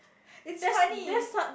it's funny